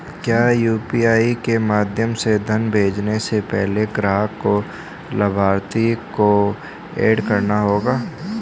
क्या यू.पी.आई के माध्यम से धन भेजने से पहले ग्राहक को लाभार्थी को एड करना होगा?